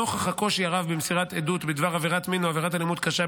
נוכח הקושי הרב במסירת עדות בדבר עבירת מין או עבירת אלימות קשה,